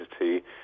identity